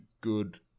good